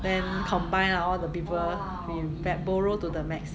then combine lah all the people we borrow to the max